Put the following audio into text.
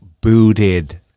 booted